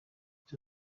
izi